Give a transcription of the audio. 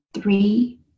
three